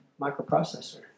microprocessor